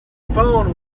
phone